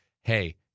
hey